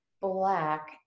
black